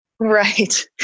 Right